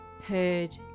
heard